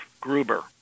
gruber